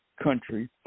country